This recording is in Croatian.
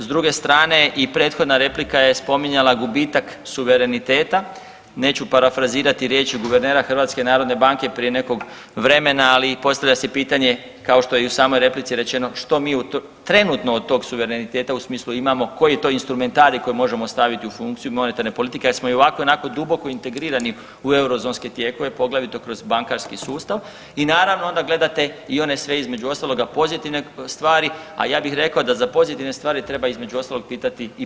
S druge strane i prethodna replika je spominjala gubitak suvereniteta, neću parafrazirati riječi guvernera HNB-a prije nekog vremena, ali postavlja se pitanje, kao što je i u samoj replici rečeno, što mi trenutno od tog suvereniteta u smislu imamo, koji je to instrumentarij koji možemo staviti u funkciju monetarne politike, kad smo i ovako i onako duboko integrirani u eurozonske tijekove, poglavito kroz bankarski sustav i naravno, onda gledate i one sve, između ostaloga, pozitivne stvari, a ja bih rekao da za pozitivne stvari, treba između ostaloga pitati i poslovnu zajednicu.